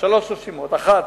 שלוש רשימות: האחת,